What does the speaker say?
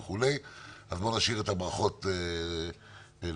אז בואו נשאיר את הברכות לשם.